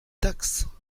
taxes